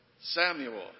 Samuel